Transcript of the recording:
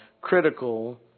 critical